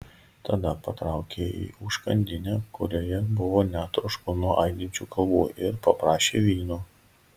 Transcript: tada patraukė į užkandinę kurioje buvo net trošku nuo aidinčių kalbų ir paprašė vyno